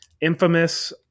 Infamous